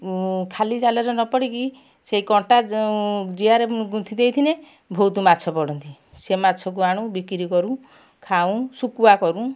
ଖାଲି ଜାଲରେ ନ ପଡ଼ିକି ସେ କଣ୍ଟା ଜିଆରେ ଗୁନ୍ଥି ଦେଇଥିନେ ବହୁତ ମାଛ ପଡ଼ନ୍ତି ସେ ମାଛକୁ ଆଣୁ ବିକ୍ରି କରୁ ଖାଉ ଶୁଖୁଆ କରୁ